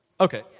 Okay